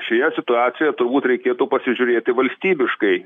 šioje situacijoje turbūt reikėtų pasižiūrėti valstybiškai